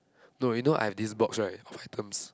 no you know I have this box right of items